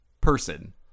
person